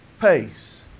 pace